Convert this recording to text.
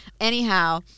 Anyhow